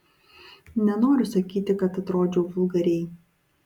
nenoriu sakyti kad atrodžiau vulgariai